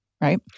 right